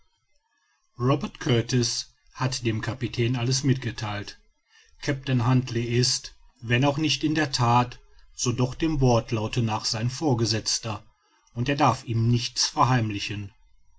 robert kurtis hat dem kapitän alles mitgetheilt kapitän huntly ist wenn auch nicht in der that so doch dem wortlaute nach sein vorgesetzter und er darf ihm nichts verheimlichen